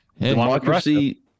democracy